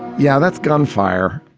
yeah, that's gunfire.